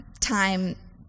time